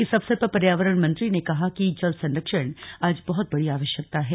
इस अवसर पर पर्यावरण मंत्री ने कहा कि जल संरक्षण आज बहुत बड़ी आवश्यकता है